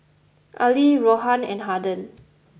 Arlie Rohan and Harden